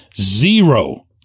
zero